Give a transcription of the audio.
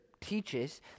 teaches